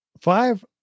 Five